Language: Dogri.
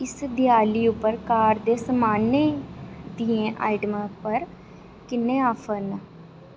इस देआली उप्पर कार दे समानै दियें आइटमें पर किन्ने ऑफर न